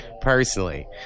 personally